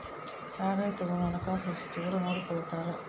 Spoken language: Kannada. ಆಡಳಿತವನ್ನು ಹಣಕಾಸು ಸಚಿವರು ನೋಡಿಕೊಳ್ತಾರ